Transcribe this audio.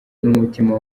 n’umutima